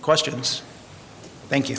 questions thank you